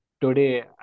today